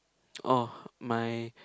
orh my